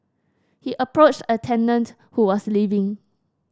he approached a tenant who was leaving